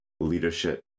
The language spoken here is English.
leadership